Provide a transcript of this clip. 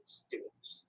students